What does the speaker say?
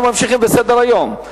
אנחנו ממשיכים בסדר-היום.